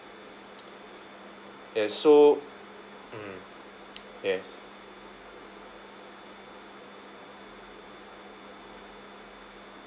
yes so mm yes